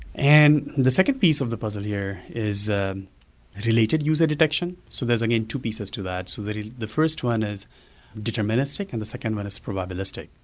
and the second piece of the puzzle here is related user detection. so there's, again, two pieces to that. so the the first one is deterministic and the second one is probabilistic.